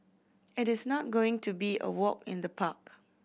it is not going to be a walk in the park